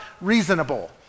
reasonable